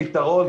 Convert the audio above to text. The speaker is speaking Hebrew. הפתרון,